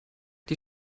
die